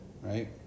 right